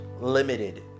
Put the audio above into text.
limited